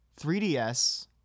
3DS